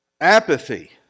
Apathy